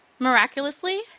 Miraculously